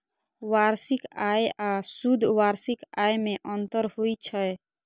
वार्षिक आय आ शुद्ध वार्षिक आय मे अंतर होइ छै